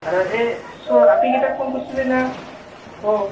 আৰু এই আপিকিটাক ফোন কৰছিলি না অঁ